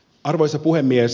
arvoisa puhemies